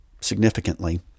significantly